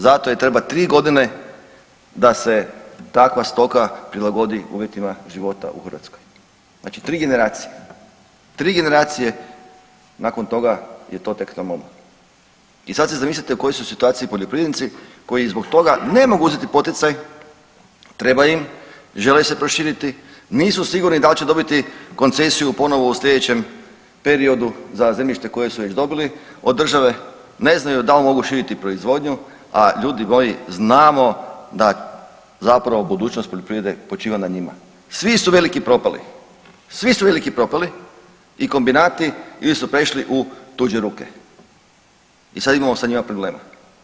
Zato jer treba 3.g. da se takva stoka prilagodi uvjetima života u Hrvatskoj, znači 3 generacije, 3 generacije nakon toga je to tek taman i sad si zamislite u kojoj su situaciji poljoprivrednici koji zbog toga ne mogu uzeti poticaj, treba im, žele se proširiti, nisu sigurni dal će dobiti koncesiju ponovo u slijedećem periodu za zemljište koje su već dobili od države, ne znaju dal mogu širiti proizvodnju, a ljudi moji znamo da zapravo budućnost poljoprivrede počiva na njima, svi su veliki propali, svi su veliki propali i kombinati il su prešli u tuđe ruke i sad imamo sa njima problema.